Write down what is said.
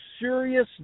serious